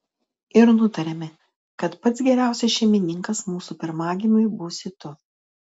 ir nutarėme kad pats geriausias šeimininkas mūsų pirmagimiui būsi tu